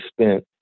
spent